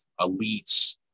elites